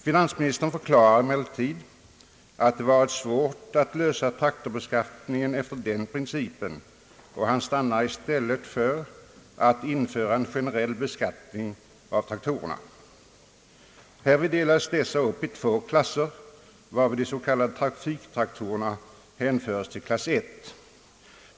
Finansministern förklarar emellertid att det har varit svårt att lösa traktorbeskattningen efter den principen, och han stannar i stället för att införa en genereil beskattning av traktorerna. Härvid delas dessa upp i två klasser, varvid de s.k. trafiktraktorerna hänförs till klass I.